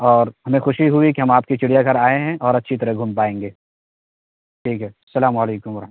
اور ہمیں خوشی ہوئی کہ ہم آپ کے چڑیا گھر آئے ہیں اور اچھی طرح گھوم پائیں گے ٹھیک ہے السلام علیکم و رحم